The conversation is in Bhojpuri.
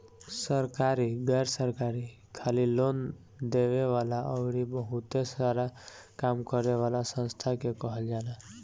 सरकारी, गैर सरकारी, खाली लोन देवे वाला अउरी बहुते सारा काम करे वाला संस्था के कहल जाला